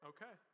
Okay